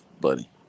buddy